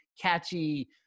catchy